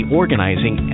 organizing